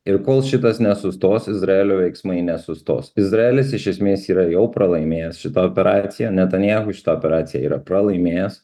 ir kol šitas nesustos izraelio veiksmai nesustos izraelis iš esmės yra jau pralaimėjęs šitą operaciją netanjahu šitą operaciją yra pralaimėjęs